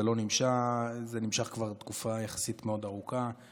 זה נמשך כבר תקופה יחסית ארוכה מאוד,